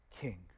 king